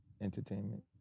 Entertainment